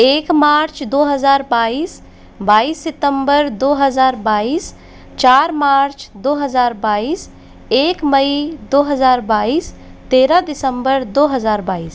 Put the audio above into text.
एक मार्च दो हज़ार बाईस बाईस सितंबर दो हज़ार बाइस चार मार्च दो हज़ार बाइस एक मई दो हज़ार बाइस तेरह दिसम्बर दो हज़ार बाइस